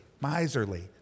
miserly